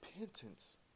repentance